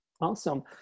Awesome